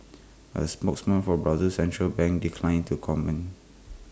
A spokesman for Brazil's central bank declined to comment